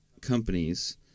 companies